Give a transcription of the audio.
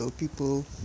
people